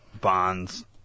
Bond's